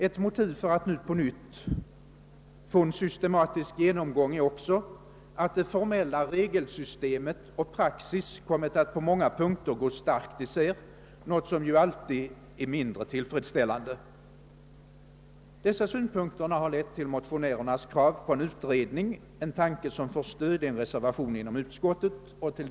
Ett motiv för att nu på nytt få en systematisk genomgång är också att det formella regelsystemet och praxis kommit att på många punkter gå starkt isär, något som alltid är otillfredsställande. Dessa synpunkter har lett till motionärernas krav på en utredning, en tanke som får stöd i en reservation som fogats vid utskottets utlåtande.